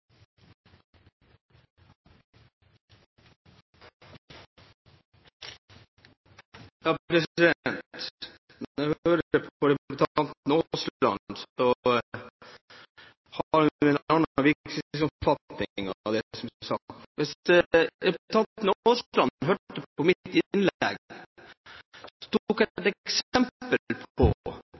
jeg hører på representanten Aasland, hører jeg at han har en annen virkelighetsoppfatning av det som er sagt. Hvis representanten Aasland hørte på mitt innlegg: Jeg hadde et eksempel på